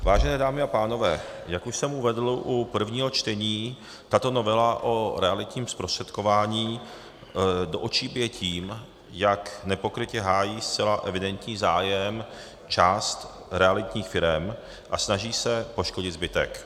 Vážené dámy, vážení pánové, jak už jsem uvedl u prvního čtení, tato novela o realitním zprostředkování do očí bije tím, jak nepokrytě hájí zcela evidentní zájem části realitních firem a snaží se poškodit zbytek.